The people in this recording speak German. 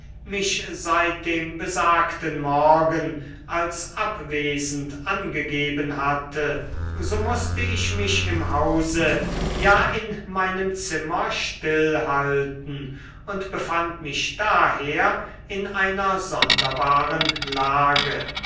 mich seit dem besagten morgen als abwesend angegeben hatte so mußte ich mich im hause ja in meinem zimmer still halten und befand mich daher in einer sonderbaren lage